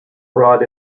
brought